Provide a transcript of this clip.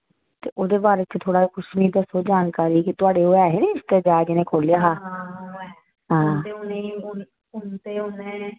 ते ओह्दे बारे च थोह्ड़ा तुस मि दस्सो जानकारी कि थुआढ़े ओह् ऐ हे ना रिश्तेदार जिनै खोह्लेआ हा हां